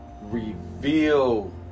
reveal